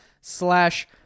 slash